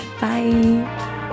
Bye